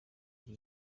iki